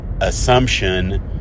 assumption